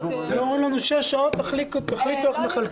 סיעות האופוזיציה יקבעו את חלוקת הזמן וסדר הדוברים.